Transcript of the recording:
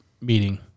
meeting